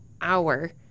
hour